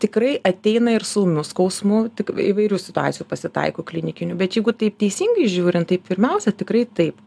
tikrai ateina ir su ūmiu skausmu tik įvairių situacijų pasitaiko klinikinių bet jeigu taip teisingai žiūrint tai pirmiausia tikrai taip